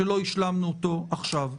שלא השלמנו עכשיו.